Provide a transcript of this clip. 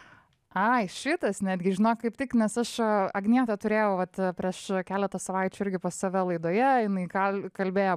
ai šitas netgi žinok kaip tik nes saša agnietę turėjau vat prieš keletą savaičių irgi pas save laidoje jinai kalbėjo